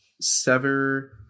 sever